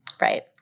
Right